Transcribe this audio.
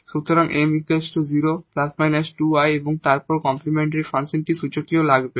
সুতরাং 𝑚 0 ± 2𝑖 এবং তারপর কমপ্লিমেন্টরি ফাংশনটি এক্সপোনেনশিয়াল লাগবে